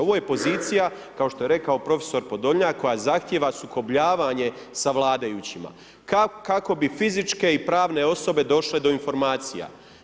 Ovo je pozicija kao što je rekao profesor Podolnjak koja zahtjeva sukobljavanje sa vladajućima, kako bi fizičke i pravne osobe došle do informacija.